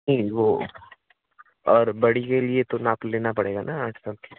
नहीं वह और बड़ी के लिए तो नाप लेना पड़ेगा ना